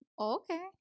Okay